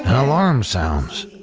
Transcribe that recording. and alarm sounds,